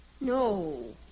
No